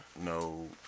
no